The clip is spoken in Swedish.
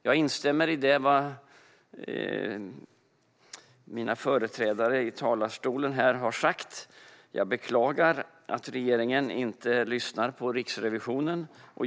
Jag instämmer i det som mina företrädare i talarstolen har sagt, men jag beklagar att regeringen inte lyssnar på Riksrevisionen.